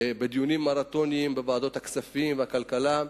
בדיונים מרתוניים בוועדת הכספים ובוועדת הכלכלה,